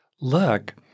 look